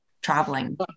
Traveling